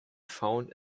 found